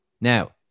Now